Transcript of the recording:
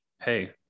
hey